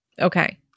Okay